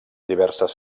diverses